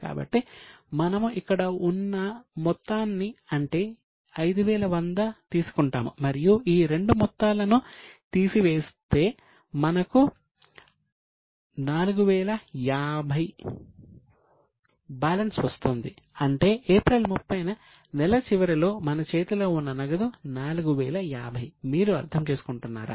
కాబట్టి మనము ఇక్కడ ఉన్న మొత్తాన్ని అంటే 5100 తీసుకుంటాము మరియు ఈ రెండు మొత్తాలను తీసివేస్తే మనకు 4050 బ్యాలెన్స్ లభిస్తుంది అంటే ఏప్రిల్ 30 న నెల చివరిలో మన చేతిలో ఉన్న నగదు 4050 మీరు అర్థం చేసుకుంటున్నారా